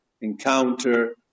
encounter